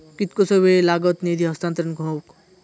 कितकोसो वेळ लागत निधी हस्तांतरण हौक?